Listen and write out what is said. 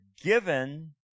given